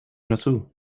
naartoe